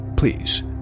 Please